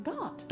God